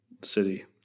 city